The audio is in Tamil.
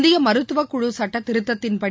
இந்திய மருத்துவக்குழு சட்டத்திருத்தத்தின்படி